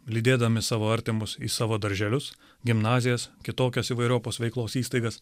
lydėdami savo artimus į savo darželius gimnazijas kitokias įvairiopos veiklos įstaigas